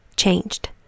Changed